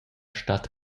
stad